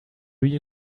you